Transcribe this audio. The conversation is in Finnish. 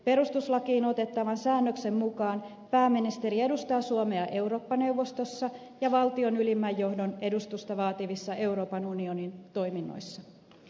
perustuslakiin otettavan säännöksen mukaan pääministeri edustaa suomea eurooppa neuvostossa ja valtion ylimmän johdon edustusta vaativissa euroopan unionin toiminnoissa